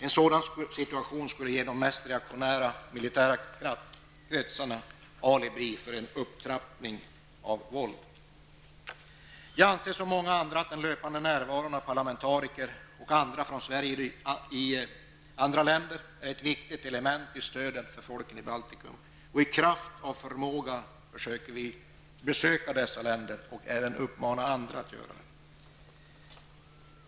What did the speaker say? En sådan situation skulle ge de mest reaktionära militära kretsarna ett alibi för en upptrappning av våldet. Jag anser, liksom många andra, att den löpande närvaron av parlamentariker och andra från exempelvis Sverige är ett viktigt element i fråga om stödet för folken i Baltikum. Alltefter förmåga försöker vi besöka dessa länder, och vi uppmanar också andra att göra det.